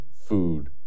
food